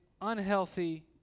unhealthy